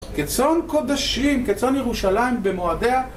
כצאן קודשים, כצאן ירושלים במועדיה